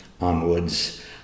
onwards